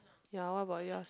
ya what about yours